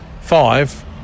five